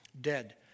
dead